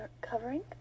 covering